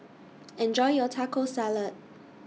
Enjoy your Taco Salad